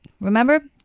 Remember